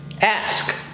ask